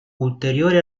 ulteriori